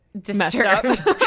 disturbed